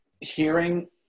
hearing